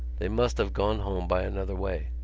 they must have gone home by another way.